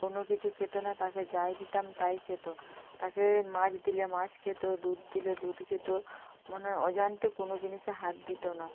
কোনো কিছু খেত না তাকে যাই দিতাম তাই খেত তাকে মাছ দিলে মাছ খেত দুধ দিলে দুধ খেত মানে অজান্তে কোনো জিনিসে হাত দিত না